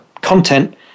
content